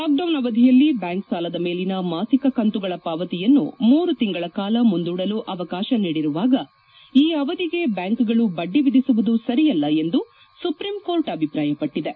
lockdown ಅವಧಿಯಲ್ಲಿ bank ಸಾಲದ ಮೇಲಿನ ಮಾಸಿಕ ಕಂತುಗಳ ಪಾವತಿಯನ್ನು ಮೂರು ತಿಂಗಳ ಕಾಲ ಮುಂದೂಡಲು ಅವಕಾಶ ನೀಡಿರುವಾಗ ಈ ಅವಧಿಗೆ ಬ್ಲಾಂಕ್ಗಳು ಬಡ್ಡಿ ವಿಧಿಸುವುದು ಸರಿಯಲ್ಲ ಎಂದು ಸುಪ್ರೀಂ ಕೋರ್ಟ್ ಅಭಿಪ್ರಾಯಪಟ್ಟದೆ